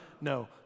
No